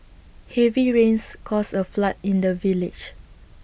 heavy rains caused A flood in the village